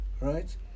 right